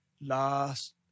last